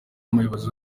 umuyobozi